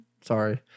sorry